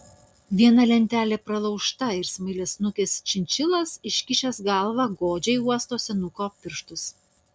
viena lentele pralaužta ir smailiasnukis šinšilas iškišęs galvą godžiai uosto senuko pirštus